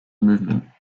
movement